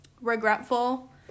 regretful